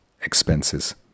expenses